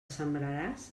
sembraràs